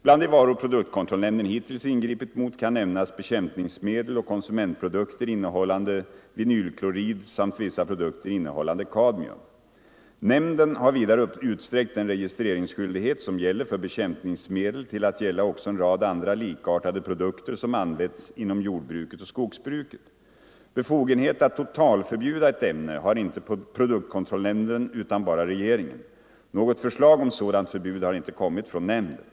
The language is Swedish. Bland de varor produktkontrollnämnden hittills ingripit mot kan nämnas bekämpnings medel och konsumentprodukter innehållande vinylklorid samt vissa pro — Nr 124 dukter innehållande kadmium. Nämnden har vidare utsträckt den re Tisdagen den gistreringsskyldighet som gäller för bekämpningsmedel till att gälla också 19 november 1974 en rad andra, likartade produkter som används inom jordbruket och = skogsbruket. Befogenhet att totalförbjuda ett ämne har inte produktkon Ang. kontrollen av trollnämnden utan bara regeringen. Något förslag om sådant förbud har = hälsooch miljöfarinte kommit från nämnden.